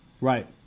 right